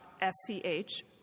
S-C-H